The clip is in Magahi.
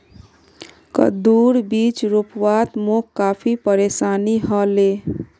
कद्दूर बीज रोपवात मोक काफी परेशानी ह ले